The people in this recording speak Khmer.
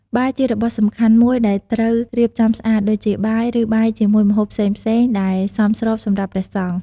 បាយជារបស់សំខាន់មួយដែលត្រូវរៀបចំស្អាត ដូចជា បាយ ឬបាយជាមួយម្ហូបផ្សេងៗដែលសមស្របសម្រាប់ព្រះសង្ឃ ។